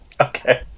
Okay